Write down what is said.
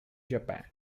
japan